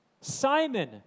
Simon